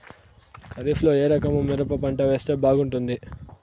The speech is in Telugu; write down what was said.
ఖరీఫ్ లో ఏ రకము మిరప పంట వేస్తే బాగుంటుంది